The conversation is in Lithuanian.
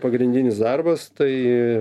pagrindinis darbas tai